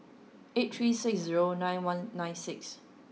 eight three six zero nine one nine six